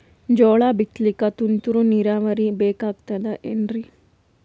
ಜೋಳ ಬಿತಲಿಕ ತುಂತುರ ನೀರಾವರಿ ಬೇಕಾಗತದ ಏನ್ರೀ?